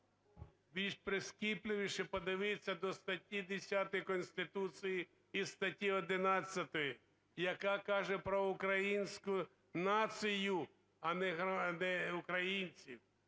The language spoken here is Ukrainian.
більш прискіпливіше подивитися до статті 10 Конституції і статті 11, яка каже про українську націю, а не українців.